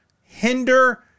hinder